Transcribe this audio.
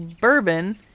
bourbon